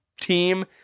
team